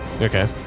Okay